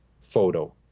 photo